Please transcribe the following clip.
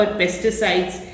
pesticides